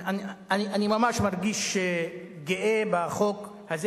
אני ממש מרגיש גאה בחוק הזה,